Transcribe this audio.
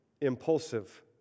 impulsive